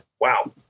wow